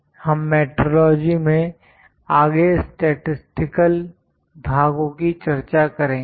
हम मेट्रोलॉजी में आगे स्टैटिसटिकल भागों की चर्चा करेंगे